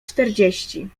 czterdzieści